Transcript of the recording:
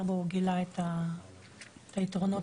כמובן לשמוע קצת על האתגרים מבחינת מחקר ופיתוח במדינת